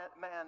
man